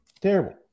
terrible